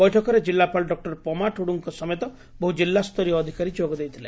ବୈଠକରେ ଜିଲାପାଳ ଡ ପୋମା ଟୁଡୁଙ୍ଙ ସମେତ ବହୁ ଜିଲାସ୍ତରୀୟ ଅଧିକାରୀ ଯୋଗଦେଇଥିଲେ